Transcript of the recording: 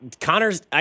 Connor's